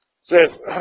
says